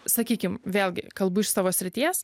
sakykim vėlgi kalbu iš savo srities